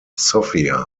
sofia